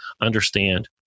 understand